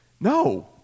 No